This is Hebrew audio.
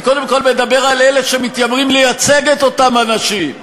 אני קודם כול מדבר על אלה שמתיימרים לייצג את אותם אנשים,